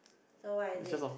so what is it